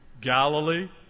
Galilee